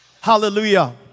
Hallelujah